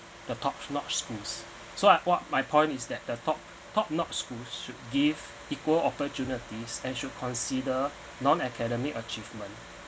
the top notch schools so I what my point is that the top top notch schools should give equal opportunities and should consider non academic achievement